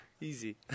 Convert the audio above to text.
Easy